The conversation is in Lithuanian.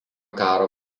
karo